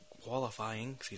qualifying